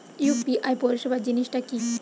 UPI পরিসেবা জিনিসটা কি?